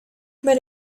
but